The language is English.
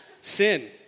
Sin